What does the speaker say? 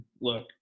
Look